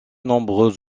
nombreux